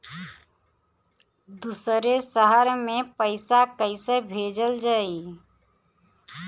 दूसरे शहर में पइसा कईसे भेजल जयी?